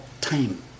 time